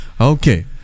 Okay